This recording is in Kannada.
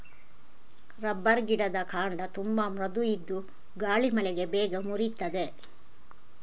ರಬ್ಬರ್ ಗಿಡದ ಕಾಂಡ ತುಂಬಾ ಮೃದು ಇದ್ದು ಗಾಳಿ ಮಳೆಗೆ ಬೇಗ ಮುರೀತದೆ